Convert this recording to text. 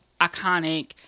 iconic